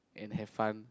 and have fun